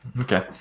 Okay